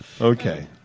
Okay